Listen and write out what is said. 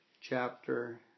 chapter